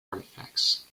artifacts